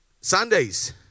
Sundays